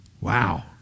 wow